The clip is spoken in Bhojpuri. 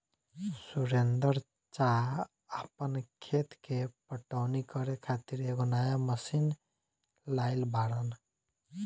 सुरेंदर चा आपन खेत के पटवनी करे खातिर एगो नया मशीन लाइल बाड़न